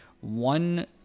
one